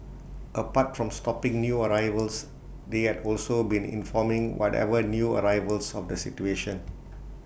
apart from stopping new arrivals they had also been informing whatever new arrivals of the situation